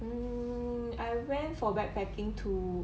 mm I went for backpacking too